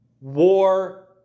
war